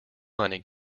money